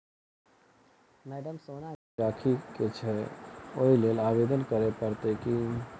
Madam सोना गिरबी राखि केँ छैय ओई लेल आवेदन करै परतै की?